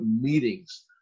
meetings